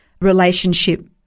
relationship